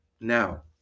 Now